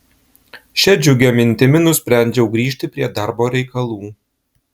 šia džiugia mintimi nusprendžiau grįžti prie darbo reikalų